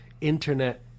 internet